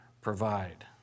provide